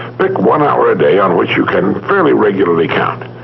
pick one hour a day on which you can fairly regularly count,